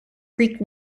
greek